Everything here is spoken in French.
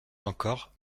encore